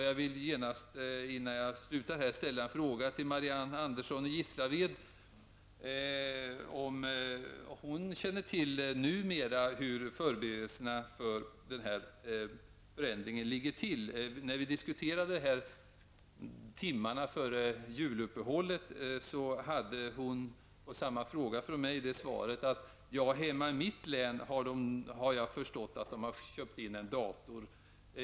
Jag vill innan jag slutar fråga Marianne Andersson i Gislaved, om hon känner till hur förberedelserna för den här förändringen ligger till numera. När vi diskuterade detta timmarna före juluppehållet, hade hon på samma fråga från mig svaret: Ja, hemma i mitt län har de köpt en dator, har jag förstått.